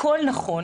הכל נכון.